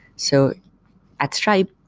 so at stripe,